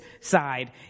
side